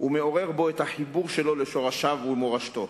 ומעורר בו את החיבור שלו לשורשיו ולמורשתו.